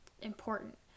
important